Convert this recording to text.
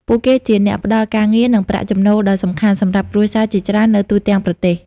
ពួកគេជាអ្នកផ្តល់ការងារ និងប្រាក់ចំណូលដ៏សំខាន់សម្រាប់គ្រួសារជាច្រើននៅទូទាំងប្រទេស។